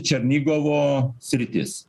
černigovo sritis